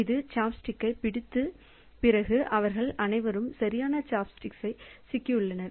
இடது சாப்ஸ்டிக்கைப் பிடித்த பிறகு அவர்கள் அனைவரும் சரியான சாப்ஸ்டிக்ஸில் சிக்கியுள்ளனர்